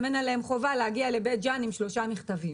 כך גם אין עליהן חובה להגיע לבית ג'אן עם שלושה מכתבים.